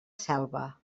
selva